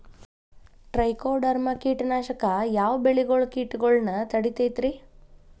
Trichoderma ಕೇಟನಾಶಕ ಯಾವ ಬೆಳಿಗೊಳ ಕೇಟಗೊಳ್ನ ತಡಿತೇತಿರಿ?